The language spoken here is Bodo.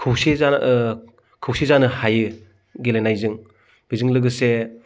खौसे जानो खौसे जानो हायो गेलेनायजों बेजों लोगोसे